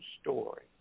story